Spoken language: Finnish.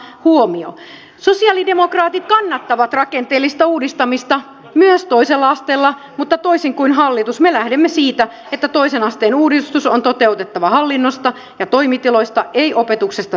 sosialide mokraatit kannattavat rakenteellista uudistamista myös toisella asteella mutta toisin kuin hallitus me lähdemme siitä että toisen asteen uudistus on toteutettava hallinnosta ja toimitiloista ei opetuksesta säästämällä